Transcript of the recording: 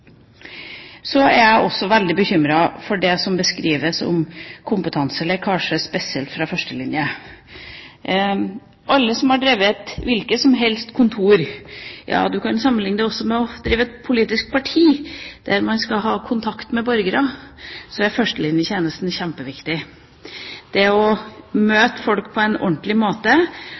Så er jeg også veldig bekymret for det som skrives om kompetanselekkasje, spesielt fra førstelinjetjenesten. Alle som har drevet et hvilket som helst kontor – ja du kan også sammenligne det med å drive et politisk parti – der man skal ha kontakt med borgere, vet at førstelinjetjenesten er kjempeviktig. Det å møte folk på en ordentlig måte,